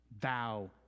Thou